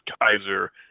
Kaiser